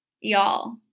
y'all